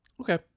Okay